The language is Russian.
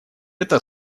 это